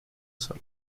hacerlo